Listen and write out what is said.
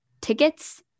tickets